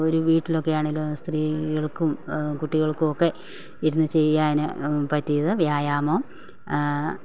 ഒരു വീട്ടിലൊക്കെയാണെങ്കിലും സ്ത്രീകൾക്കും കുട്ടികൾക്കുമൊക്കെ ഇരുന്നു ചെയ്യാൻ പറ്റിയത് വ്യായാമം